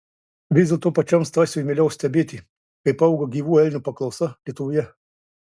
vis dėlto pačiam stasiui mieliau stebėti kaip auga gyvų elnių paklausa lietuvoje